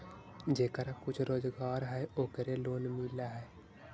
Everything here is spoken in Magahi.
जेकरा कुछ रोजगार है ओकरे लोन मिल है?